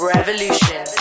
Revolution